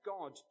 God